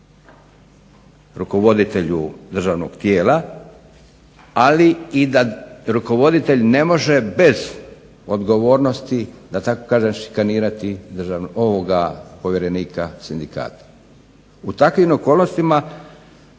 rukovoditelju državnog tijela, ali i da rukovoditelj ne može bez odgovornosti da kažem šikanirati povjerenika sindikata. U takvim okolnostima